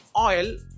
oil